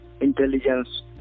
intelligence